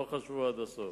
לא חשבו עד הסוף.